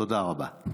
תודה רבה.